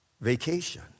vacation